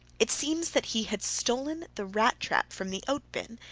it seems that he had stolen the rat trap from the oat bin,